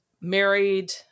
married